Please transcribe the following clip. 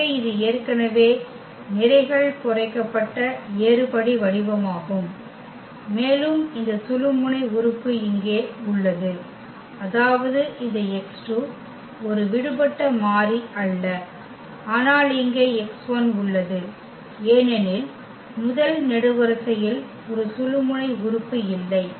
எனவே இது ஏற்கனவே நிரைகள் குறைக்கப்பட்ட ஏறுபடி வடிவமாகும் மேலும் இந்த சுழுமுனை உறுப்பு இங்கே உள்ளது அதாவது இந்த x2 ஒரு விடுபட்ட மாறி அல்ல ஆனால் இங்கே x1 உள்ளது ஏனெனில் முதல் நெடுவரிசையில் ஒரு சுழுமுனை உறுப்பு இல்லை